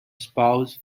spouse